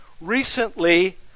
recently